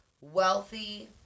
wealthy